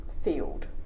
field